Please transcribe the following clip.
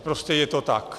Prostě je to tak.